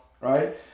right